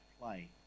play